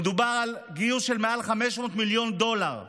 ומדובר על גיוס של מעל 500 מיליון דולר,